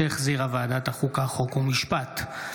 שהחזירה ועדת החוקה, חוק ומשפט.